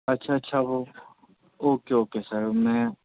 اچھا اچھا وہ اوکے اوکے سر میں